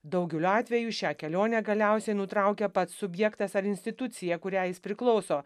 daugeliu atvejų šią kelionę galiausiai nutraukia pats subjektas ar institucija kuriai jis priklauso